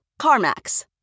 CarMax